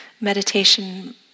meditation